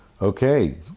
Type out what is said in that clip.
okay